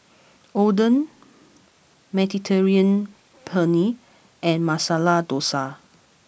Oden Mediterranean Penne and Masala Dosa